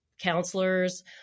counselors